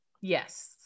Yes